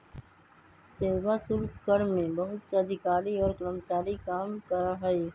सेवा शुल्क कर में बहुत से अधिकारी और कर्मचारी काम करा हई